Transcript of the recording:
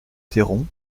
théron